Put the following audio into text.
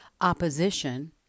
opposition